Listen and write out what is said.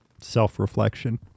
self-reflection